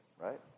right